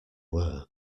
were